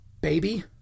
baby